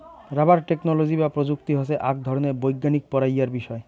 rubber technology বা প্রযুক্তি হসে আক ধরণের বৈজ্ঞানিক পড়াইয়ার বিষয়